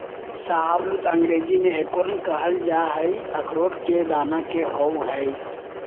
शाहबलूत अंग्रेजी में एकोर्न कहल जा हई, अखरोट के दाना के होव हई